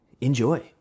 enjoy